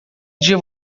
dia